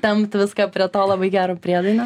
tempt viską prie to labai gero priedainio